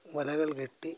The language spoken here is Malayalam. വലകൾ കെട്ടി